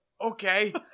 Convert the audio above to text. Okay